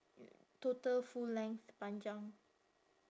total full length panjang